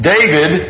David